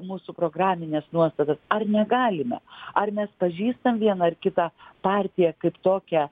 mūsų programines nuostatas ar negalime ar mes pažįstam vieną ar kitą partiją kaip tokią